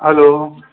hello